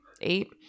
eight